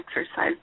exercise